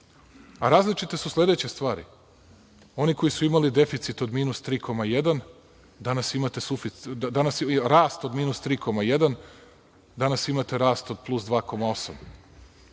Različite su sledeće stvari, oni koji su imali deficit od minus 3,1% danas imate rast od 3,1%,